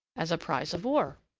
as a prize of war?